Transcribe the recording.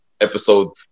episode